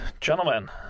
gentlemen